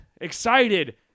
excited